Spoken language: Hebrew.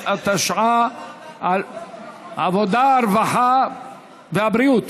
העבודה, הרווחה והבריאות,